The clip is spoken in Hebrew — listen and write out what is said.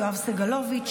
יואב סגלוביץ',